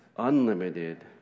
unlimited